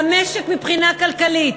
למשק מבחינה כלכלית.